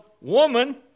woman